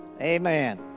Amen